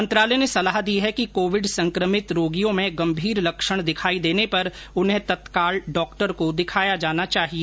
मंत्रालय ने सलाह दी है कि कोविड संकमित रोगियों में गंभीर लक्षण दिखाई देने पर उन्हें तत्काल डॉक्टर को दिखाया जाना चाहिए